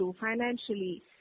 financially